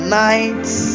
nights